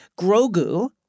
Grogu